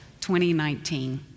2019